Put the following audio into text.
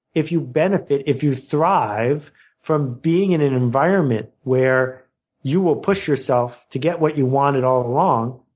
if you benefit, if you thrive from being in an environment where you will push yourself to get what you wanted all along,